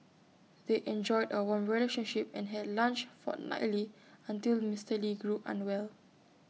they enjoyed A warm relationship and had lunch fortnightly until Mister lee grew unwell